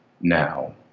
now